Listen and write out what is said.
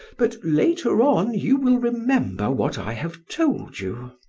but later on you will remember what i have told you.